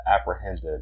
apprehended